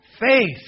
faith